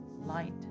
light